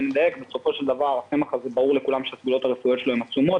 בסופו של דבר ברור לכולם שהסגולות הרפואיות של הצמח עצומות